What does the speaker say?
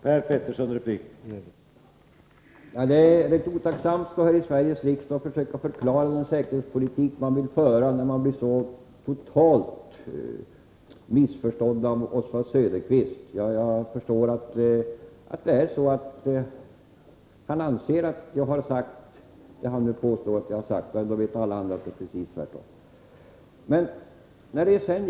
Herr talman! Det är otacksamt att stå i Sveriges riksdag och försöka förklara den säkerhetspolitik man vill föra när man blir så totalt missförstådd av Oswald Söderqvist. Jag förstår att det är så att han anser att jag har sagt det han påstår att jag har sagt — och ändå vet alla andra att det är precis tvärtom.